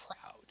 proud